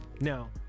Now